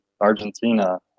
Argentina